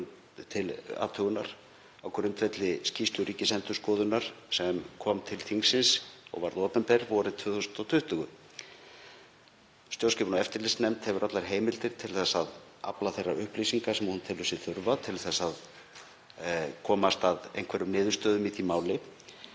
til athugunar á grundvelli skýrslu Ríkisendurskoðunar sem kom til þingsins og varð opinber vorið 2020. Stjórnskipunar- og eftirlitsnefnd hefur allar heimildir til að afla þeirra upplýsinga sem hún telur sig þurfa til að komast að einhverjum niðurstöðum í því máli